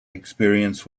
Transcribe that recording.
experience